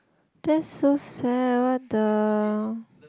that's so sad what the